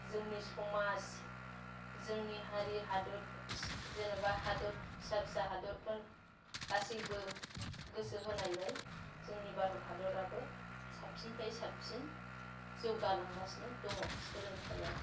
जोंनि समाज जोंनि हारि हादर जेन'बा हादर फिसा फिसा हादरफोर गासिबो गोसो होनायलाय जोंनि भारत हादराबो साबसिननिफ्राय साबसिन जौगालांगासिनो दङ सोलोंथाइयाव